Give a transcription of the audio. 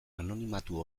anonimatu